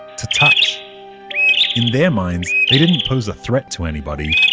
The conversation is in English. to touch in their minds, they didn't pose a threat to anybody,